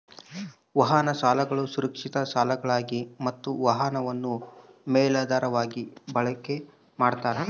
ವಾಹನ ಸಾಲಗಳು ಸುರಕ್ಷಿತ ಸಾಲಗಳಾಗಿವೆ ಮತ್ತ ವಾಹನವನ್ನು ಮೇಲಾಧಾರವಾಗಿ ಬಳಕೆ ಮಾಡ್ತಾರ